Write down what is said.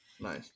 Nice